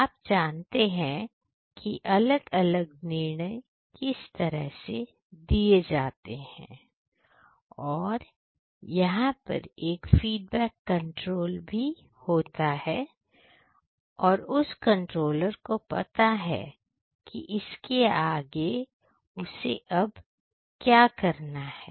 आप जानते हैं कि अलग अलग निर्णय किस तरह से दिए जाते हैं और यहां पर एक फीडबैक कंट्रोल भी होता है और उस कंट्रोलर को पता है कि इसके आगे उसे अब क्या करना है